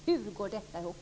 Hur går detta ihop?